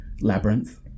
Labyrinth